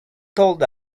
told